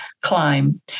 climb